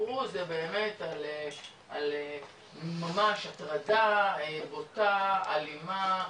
באמת על ממש הטרדה בוטה אלימה,